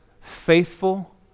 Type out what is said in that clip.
faithful